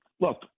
look